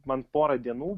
man porą dienų